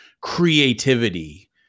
creativity